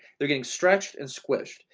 they're getting stretched and squished.